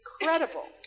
Incredible